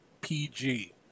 PG